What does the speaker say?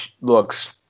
looks